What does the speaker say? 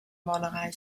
malerei